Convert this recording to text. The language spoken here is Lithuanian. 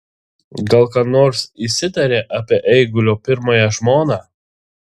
gal ką nors išsitarė apie eigulio pirmąją žmoną